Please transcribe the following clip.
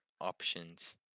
options